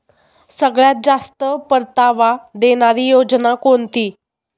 सगळ्यात जास्त परतावा देणारी योजना कोणती?